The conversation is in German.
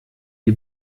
die